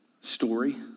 Story